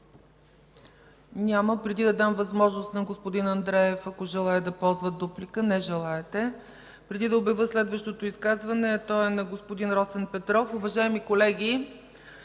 Няма. Преди да дам възможност на господин Андреев, ако желае да ползва дуплика – не желаете, преди да обявя следващото изказване, а то е на господин Росен Петров,